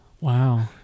Wow